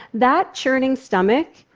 that churning stomach,